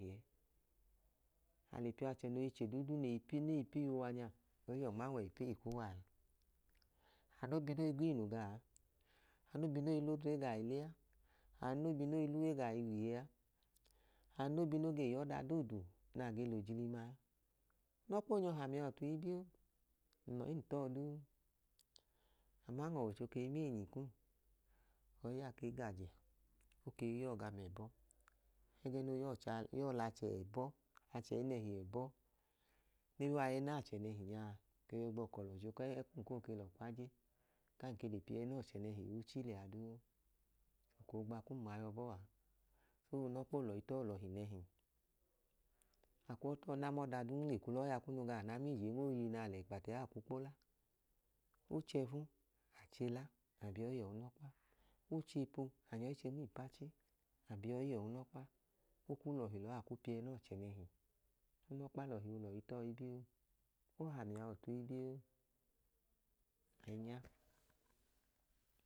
ale piachẹ noi che dudu nei piuwa nyaa ọiyọ ma wẹ ipeyi kuwa ee. Ano bi noi gw'inu gaa, ano bi noi l'odre ga ilea ano bi noi l'uwe ga iwiyea ano bi no gei y'ọdadoodu naa gei l'ojilimaa. Unọkpa onyọ hamia ọtu ibioo, nlọyim tọọ duu aman ọwọicho kei menyinyi kum ọyia kei g'ajẹ okei yọọ gam ẹbọ ẹgẹ no yọọ cha yọọ l'achẹ ẹbọ achẹinẹhi ẹbọ ne wa ẹnachẹnẹhi nyaa nke nke yọi gbọọkọ l'ọwọicho kee ekum k'ooke lọkpa je kan ke le peẹnọchẹnẹhi ochi liya duu ọkọo gba kum a yọbọa. So unọkpa olọyi tọọ lọhi nẹhi. Akwọọ tọọ na m'ọda duu ek'ulọya kunu ga ana m'iijen'ma ow'ili na lẹ ikpatia akwu kpola, ochẹfu achela abiọyọ unọkpa ochepu anyọiche nmiipachi abiọyọ unọkpa, oku lọhi lọọ aku piẹnọ ọchẹnẹhi. Unọkpa lọhi olọyi tọọ ibioo ohamia ọtu ibioo ainya